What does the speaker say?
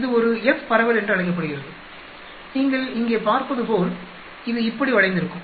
இது ஒரு F பரவல் என்று அழைக்கப்படுகிறது நீங்கள் இங்கே பார்ப்பதுபோல் இது இப்படி வளைந்திருக்கும்